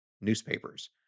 newspapers